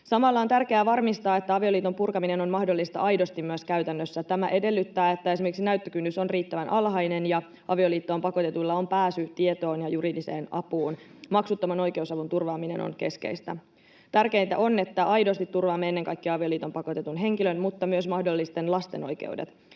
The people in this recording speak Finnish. Samalla on tärkeää varmistaa, että avioliiton purkaminen on mahdollista aidosti myös käytännössä. Tämä edellyttää, että esimerkiksi näyttökynnys on riittävän alhainen ja avioliittoon pakotetuilla on pääsy tietoon ja juridiseen apuun. Maksuttoman oikeusavun turvaaminen on keskeistä. Tärkeintä on, että aidosti turvaamme ennen kaikkea avioliittoon pakotetun henkilön mutta myös mahdollisten lasten oikeudet.